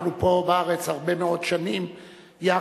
אנחנו פה בארץ הרבה מאוד שנים יחד.